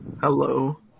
Hello